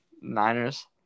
Niners